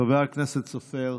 חבר הכנסת סופר,